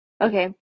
Okay